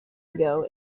ago